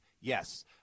Yes